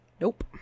Nope